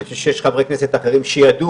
אני חושב שיש חברי כנסת אחרים שידעו,